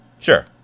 Sure